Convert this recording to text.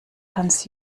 hans